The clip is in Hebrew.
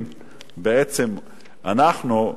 בעצם אנחנו,